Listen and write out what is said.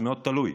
זה מאוד תלוי.